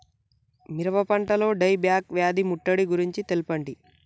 మిరప పంటలో dieback వ్యాధి ముట్టడి గురించి తెల్పండి?